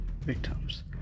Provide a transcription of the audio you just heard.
victims